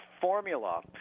formula